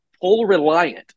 pull-reliant